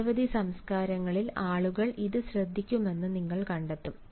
നിരവധി സംസ്കാരങ്ങളിൽ ആളുകൾ ഇത് ശ്രദ്ധിക്കുമെന്ന് നിങ്ങൾ കണ്ടെത്തും